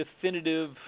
definitive